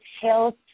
health